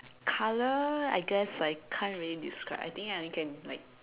colour I guess I can't really describe I think I only can like